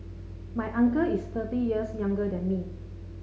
my uncle is thirty years younger than me